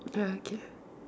ah okay